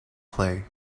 play